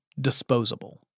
disposable